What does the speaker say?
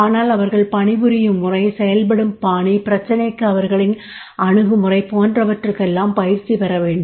ஆனால் அவர்கள் பணிபுரியும் முறை செயல்படும் பாணி பிரச்சினைக்கு அவர்களின் அணுகுமுறை போன்றவற்றுக்கெல்லாம் பயிற்சி பெற வேண்டும்